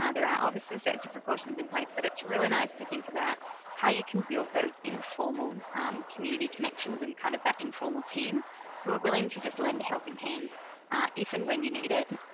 ah there are obviously safety precautions in place, but it's really nice to think about how you can build those informal community connections and kind of that informal team who are willing to just lend a helping hand if and when you need it.